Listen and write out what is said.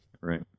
right